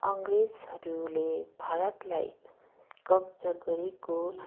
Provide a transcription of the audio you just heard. अङ्ग्रेजहरूले भारतलाई कब्जा गरेको